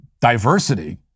diversity